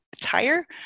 tire